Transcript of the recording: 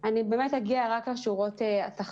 אני אגיע רק לשורות התחתונות.